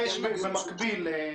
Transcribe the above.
להתרחש במקביל.